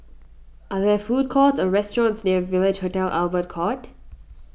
are there food courts or restaurants near Village Hotel Albert Court